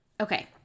Okay